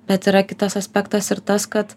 bet yra kitas aspektas ir tas kad